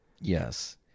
Yes